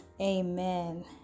Amen